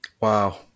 Wow